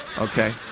Okay